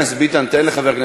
אני לא מבין.